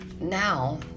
now